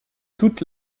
toute